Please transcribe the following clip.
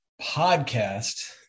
podcast